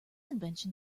invention